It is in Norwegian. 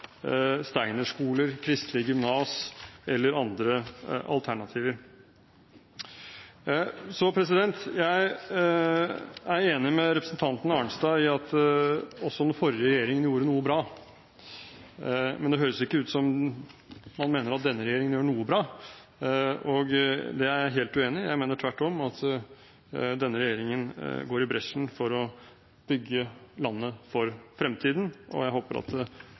steinerskoler, kristelige gymnas eller andre alternativer. Så er jeg enig med representanten Arnstad i at også den forrige regjeringen gjorde noe bra, men det høres ikke ut som man mener at denne regjeringen gjør noe bra, og det er jeg helt uenig i. Jeg mener tvert om at denne regjeringen går i bresjen for å bygge landet for fremtiden, og jeg håper at